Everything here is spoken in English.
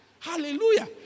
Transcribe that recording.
Hallelujah